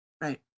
right